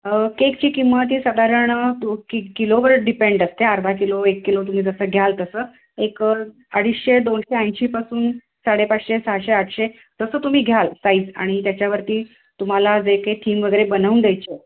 केकची किंमत ही साधारण कि किलोवर डिपेंड असते अर्धा किलो एक किलो तुम्ही जसं घ्याल तसं एक अडीचशे दोनशे ऐंशीपासून साडे पाचशे सहाशे आठशे तसं तुम्ही घ्याल साईज आणि त्याच्यावरती तुम्हाला जे काही थीम वगैरे बनवून द्यायची आहे